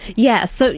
yes, so